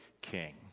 king